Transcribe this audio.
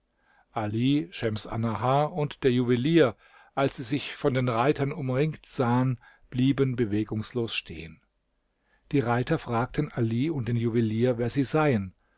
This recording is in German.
ali schems annahar und der juwelier als sie sich von den reitern umringt sahen blieben bewegungslos stehen die reiter fragten ali und den juwelier wer sie seien